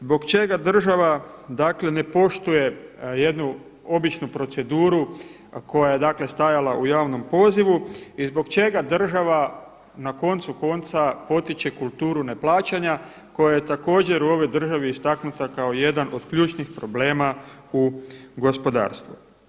Zbog čega država dakle ne poštuje jednu običnu proceduru koja je stajala u javnom pozivu i zbog čega država na koncu konca potiče kulturu neplaćanja koja je također u ovoj državi istaknuta kao jedan od ključnih problema u gospodarstvu.